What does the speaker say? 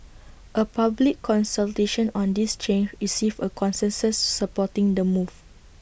A public consultation on this change received A consensus supporting the move